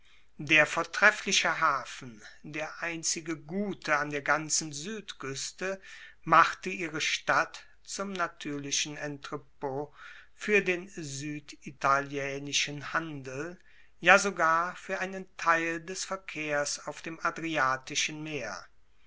der vortreffliche hafen der einzige gute an der ganzen suedkueste machte ihre stadt zum natuerlichen entrept fuer den sueditalienischen handel ja sogar fuer einen teil des verkehrs auf dem adriatischen meer